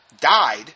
died